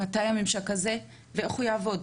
מתי הממשק הזה ואיך הוא יעבוד.